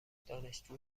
دانشجو